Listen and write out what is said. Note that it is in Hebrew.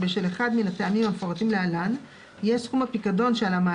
צ'ק בליינד ואחר כך תוכל לרשום איזה סכום שאתה רוצה?